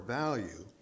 value